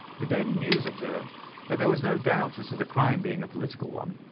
the daily news observed that there was no doubt as to the crime being a political one.